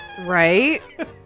Right